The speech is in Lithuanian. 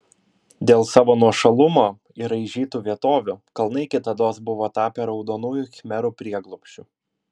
dėl savo nuošalumo ir raižytų vietovių kalnai kitados buvo tapę raudonųjų khmerų prieglobsčiu